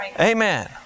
Amen